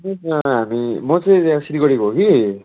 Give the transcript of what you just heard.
त्यही त हामी म चाहिँ यहाँ सिलगढीको हो कि